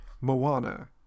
Moana